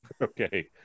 Okay